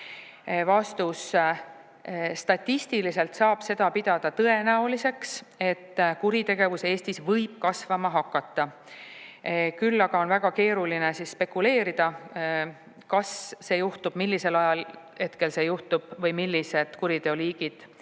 hakata?" Statistiliselt saab seda pidada tõenäoliseks, et kuritegevus Eestis võib kasvama hakata. Küll aga on väga keeruline spekuleerida, kas see juhtub [ja kui, siis] millisel ajahetkel see juhtub või millised kuriteoliigid